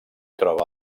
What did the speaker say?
troba